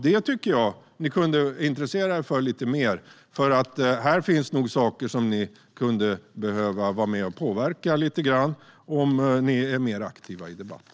Det tycker jag att ni kunde intressera er för lite mer, för här finns nog saker som ni skulle kunna vara med och påverka lite mer om ni vore mer aktiva i debatten.